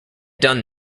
done